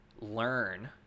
learn